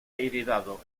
heredado